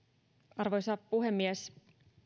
arvoisa puhemies